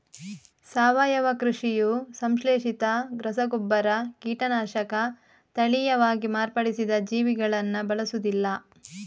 ಸಾವಯವ ಕೃಷಿಯು ಸಂಶ್ಲೇಷಿತ ರಸಗೊಬ್ಬರ, ಕೀಟನಾಶಕ, ತಳೀಯವಾಗಿ ಮಾರ್ಪಡಿಸಿದ ಜೀವಿಗಳನ್ನ ಬಳಸುದಿಲ್ಲ